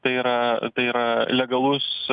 tai yra tai yra legalus